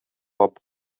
bob